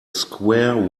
square